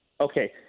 Okay